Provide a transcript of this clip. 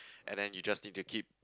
and then you just need to keep